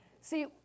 See